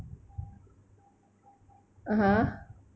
(uh huh)